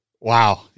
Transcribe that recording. Wow